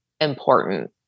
important